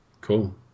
Cool